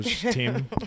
team